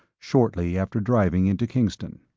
shortly after driving into kingston.